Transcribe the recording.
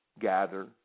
gather